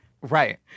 right